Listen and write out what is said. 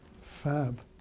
Fab